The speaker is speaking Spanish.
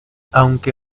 aunque